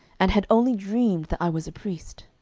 and had only dreamed that i was a priest.